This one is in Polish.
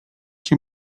się